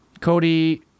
cody